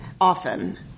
often